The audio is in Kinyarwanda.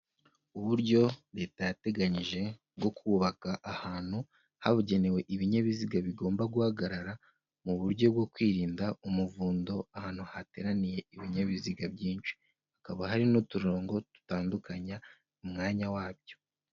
Uburyo leta yateganyije bwo kubaka ahantu habugenewe ibinyabiziga bigomba guhagarara, mu buryo bwo kwirinda umuvundo ahantu hateraniye ibinyabiziga byinshi, hakaba hari n'uturongo dutandukanya mu mwanya wabyo.